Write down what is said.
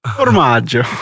formaggio